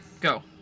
Go